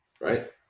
right